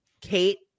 Kate